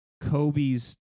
Kobe's